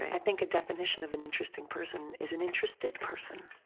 i think a definition of an interesting person is an interested person.